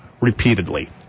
repeatedly